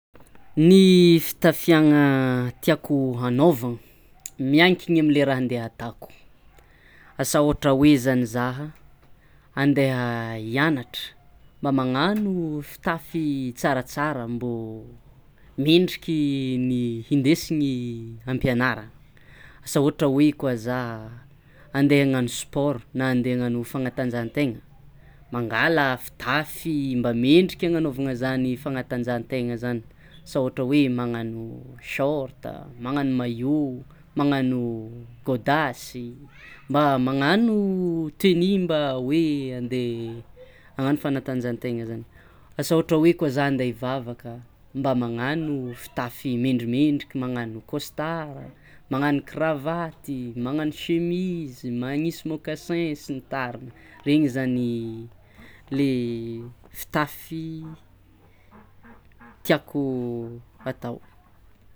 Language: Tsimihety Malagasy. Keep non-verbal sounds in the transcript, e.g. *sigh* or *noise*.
Ny *hesitation* fitafiagna *hesitation* tiako *hesitation* hanaovagna miankigny amy lia raha ndiahatako: asa ohatra hoe zany zaha andaiha *hesitation* hianatra mba magnano *hesitation* fitafy *hesitation* tsaratsara mbô *hesitation* mendriky *hesitation* ny hindesigny *hesitation* am-pianaragna; asa ohatra hoe koa zaha andaiha hagnano sport na andaiha agnano fagnatanjahan-taigna mangala fitafy mba mendriky agnanaovagna zany fagnatanjahan-taigna zany sa ohatra hoe magnano short a, magnano maillot, magnano *hesitation* gôdasy, mba magnano *hesitation* tenue mba hoe andai hagnano fanatanjahan-taigna zany; asa ohatra hoe koa za ndaihivavaka mba magnano fitafy mendrimendriky magnano costard a, magnano cravaty, magnano chemise, misy mocassin sy ny tariny, regny zany *hesitation* le *hesitation* fitafy *noise* tiako hatao.